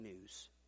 news